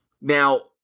Now